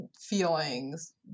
feelings